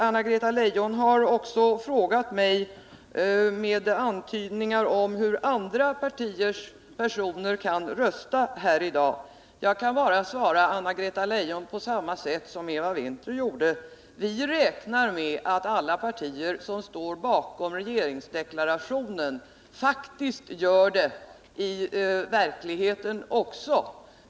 Anna-Greta Leijon har också ställt en fråga till mig med antydningar om hur andra partiers ledamöter kan rösta här i dag. Jag kan bara svara Anna-Greta Leijon på samma sätt som Eva Winther gjorde: Vi räknar med att alla partier som förklarat sig stå bakom regeringsdeklarationen faktiskt gör det i verkligheten också.